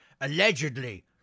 Allegedly